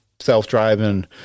self-driving